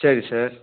சரி சார்